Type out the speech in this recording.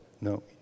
no